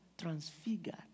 transfigured